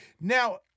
now